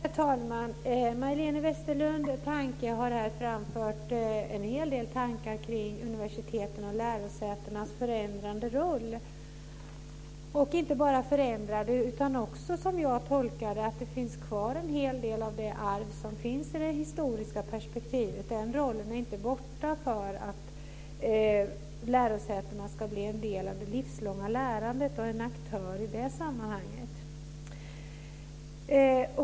Herr talman! Majléne Westerlund Panke har här framfört en hel del tankar kring universitetens och lärosätenas förändrade roll. Den är inte bara förändrad, utan som jag tolkar det finns också en hel del kvar av det arv som vi kan se i det historiska perspektivet. Den rollen är inte borta därför att lärosätena ska bli en del av det livslånga lärandet och en aktör i det sammanhanget.